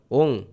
ong